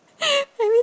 very